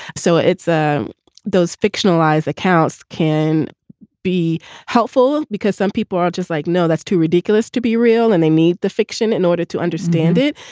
so it's ah those fictionalized accounts can be helpful because some people are just like, no, that's too ridiculous to be real. and they meet the fiction in order to understand it.